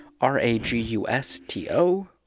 R-A-G-U-S-T-O